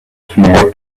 small